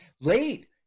Late